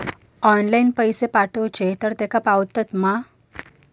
Online पैसे पाठवचे तर तेका पावतत मा?